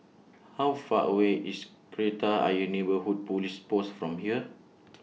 How Far away IS Kreta Ayer Neighbourhood Police Post from here